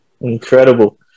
Incredible